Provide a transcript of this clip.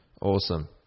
Awesome